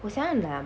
我想要 lam